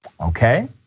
Okay